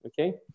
Okay